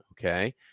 Okay